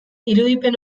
irudipen